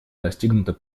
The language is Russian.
достигнуто